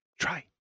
Try